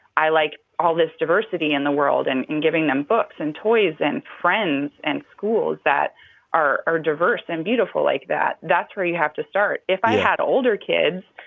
i like all this diversity in the world and giving them books and toys and friends and schools that are are diverse and beautiful like that, that's where you have to start. if i had older kids,